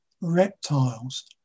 reptiles